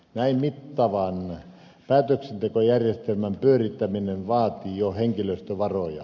näin mittavan päätöksentekojärjestelmän pyörittäminen vaatii jo henkilöstövaroja